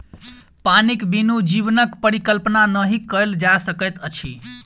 पानिक बिनु जीवनक परिकल्पना नहि कयल जा सकैत अछि